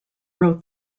wrote